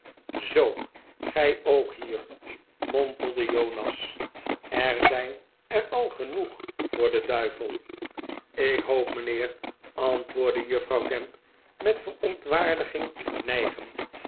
zoo gij ook hier mompelde jonas er zijn er al genoeg voor den duivel ik hoop mijnheer antwoordde juffrouw gamp met verontwaardiging